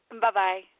Bye-bye